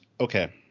Okay